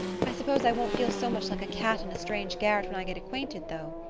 i suppose i won't feel so much like a cat in a strange garret when i get acquainted, though.